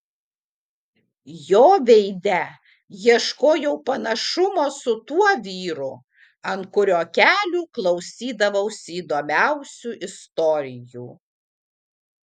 jo veide ieškojau panašumo su tuo vyru ant kurio kelių klausydavausi įdomiausių istorijų